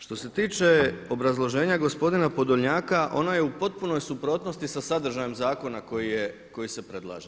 Što se tiče obrazloženja gospodina Podolnjaka ono je u potpunoj suprotnosti sa sadržajem zakona koje se predlaže.